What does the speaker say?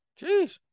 Jeez